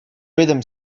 rhythm